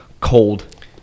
cold